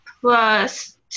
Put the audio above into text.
plus